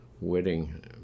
wedding